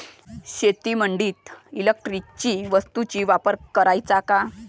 शेतीमंदी इलेक्ट्रॉनिक वस्तूचा वापर कराचा का?